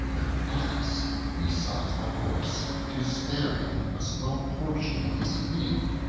an ass besought a horse to spare him a small portion of his feed.